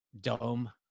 dome